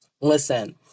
Listen